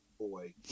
boy